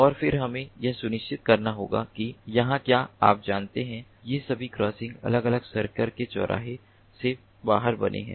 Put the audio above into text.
और फिर हमें यह सुनिश्चित करना होगा कि यहां क्या आप जानते हैं ये सभी क्रॉसिंगों अलग अलग सर्कल के चौराहे से बाहर बने हैं